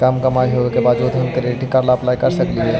कम कमाई होने के बाबजूद हम क्रेडिट कार्ड ला अप्लाई कर सकली हे?